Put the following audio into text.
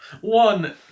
One